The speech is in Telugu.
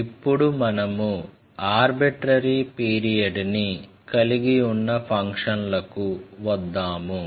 ఇప్పుడు మనము ఆర్బిట్రరి పీరియడ్ని కలిగియున్న ఫంక్షన్లకు వద్దాము